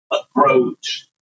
approach